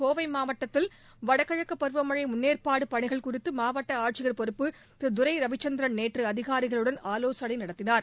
கோவை மாவட்டத்தில் வடகிழக்குப் பருவமழை முன்னேற்பாடு பணிகள் குறித்து மாவட்ட ஆட்சியர் பொறுப்பு திரு துரை ரவிச்சந்திரன் நேற்று அதிகாரிகளுடன் ஆலோசனை நடத்தினார்